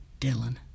Dylan